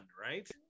right